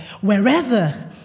Wherever